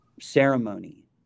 ceremony